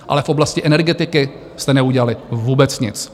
Ale v oblasti energetiky jste neudělali vůbec nic.